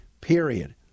period